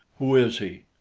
who is he?